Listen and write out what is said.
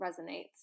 resonates